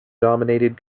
dominated